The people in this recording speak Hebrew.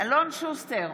אלון שוסטר,